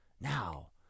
Now